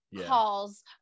Calls